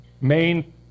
main